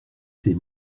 ses